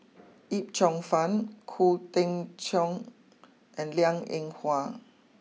Yip Cheong fun Khoo Tim Cheong and Liang Eng Hwa